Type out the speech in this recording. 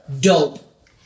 Dope